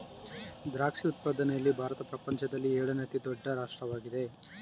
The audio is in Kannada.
ದ್ರಾಕ್ಷಿ ಉತ್ಪಾದನೆಯಲ್ಲಿ ಭಾರತ ಪ್ರಪಂಚದಲ್ಲಿ ಏಳನೇ ಅತಿ ದೊಡ್ಡ ರಾಷ್ಟ್ರವಾಗಿದೆ